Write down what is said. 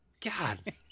God